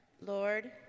Lord